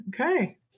Okay